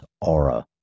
aura